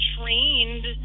trained